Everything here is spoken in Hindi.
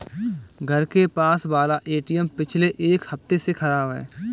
घर के पास वाला एटीएम पिछले एक हफ्ते से खराब है